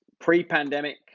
pre-pandemic